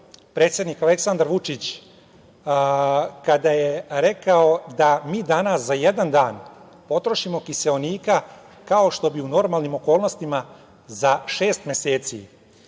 predsednik Aleksandar Vučić kada je rekao da mi danas za jedan dan potrošimo kiseonika kao što bi u normalnim okolnostima za šest meseci,